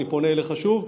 ואני פונה אליך שוב,